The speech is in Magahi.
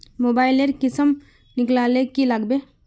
मोबाईल लेर किसम निकलाले की लागबे?